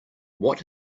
what